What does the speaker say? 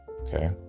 okay